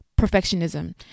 perfectionism